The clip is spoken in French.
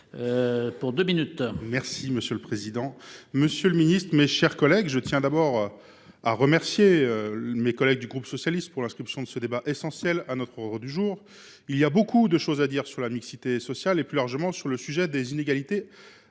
Merci monsieur le président, Monsieur le Ministre, mes chers collègues, je tiens d'abord à remercier mes collègues du groupe socialiste, pour l'inscription de ce débat essentiel à notre ordre du jour. Il y a beaucoup de choses à dire sur la mixité sociale et plus largement sur le sujet des inégalités